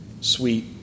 sweet